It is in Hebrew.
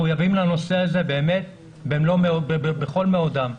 מחויבים לנושא הזה באמת בכל מאודם.